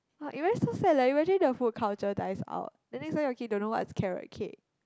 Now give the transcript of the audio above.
like you guys so sad leh imagine the food culture dies out then next time your kid don't know what is carrot cake